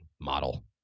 model